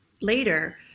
later